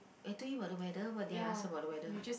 I told you about the weather what did I ask about the weather